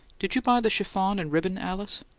did you buy the chiffon and ribbon, alice?